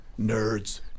nerds